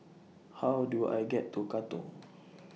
How Do I get to Katong